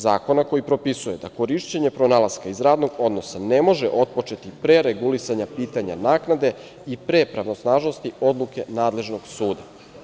Zakona koji propisuje da korišćenje pronalaska iz radnog odnosa ne može otpočeti pre regulisanja pitanja naknade i pre pravosnažnosti odluke nadležnog suda.